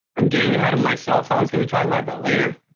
i'm getting ahead of myself. i was going to talk about that later.